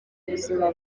ubuzima